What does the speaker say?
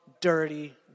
dirty